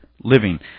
living